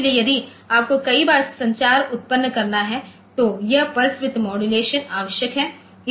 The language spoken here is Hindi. इसलिए यदि आपको कई बार संचार उत्पन्न करना है तो यह पल्स विड्थ मॉडुलेशन आवश्यक है